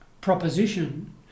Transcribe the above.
proposition